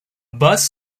bus